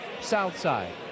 Southside